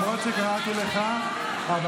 אתה רוצה לקרוא קריאות, תקרא לי קריאות.